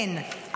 אין,